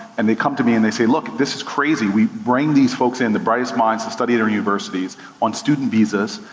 and they come to me and they say, look, this is crazy. we bring these folks in, the brightest minds to and study at our universities on student visas,